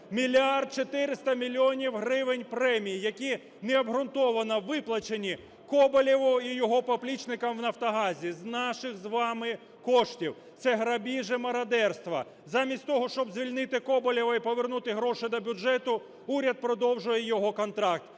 мільярд 400 мільйонів гривень премій, які необґрунтовано виплачені Коболєву і його поплічникам в "Нафтогазі" з наших з вами коштів. Це грабіж і мародерство. Замість того, щоб звільнити Коболєва і повернути гроші до бюджету, уряд продовжує його контракт.